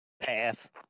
Pass